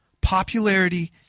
Popularity